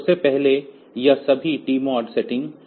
तो सबसे पहले यह सभी टीमोड सेटिंग